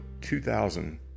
2000